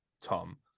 Tom